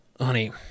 Honey